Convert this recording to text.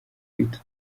uhite